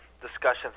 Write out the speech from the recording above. discussions